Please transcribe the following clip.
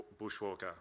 bushwalker